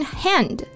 hand